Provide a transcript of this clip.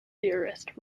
theorist